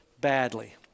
badly